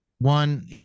one